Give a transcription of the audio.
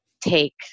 take